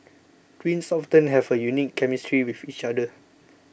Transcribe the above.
twins often have a unique chemistry with each other